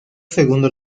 segundo